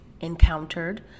encountered